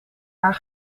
haar